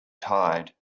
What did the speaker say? tied